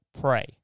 pray